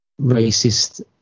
racist